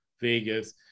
Vegas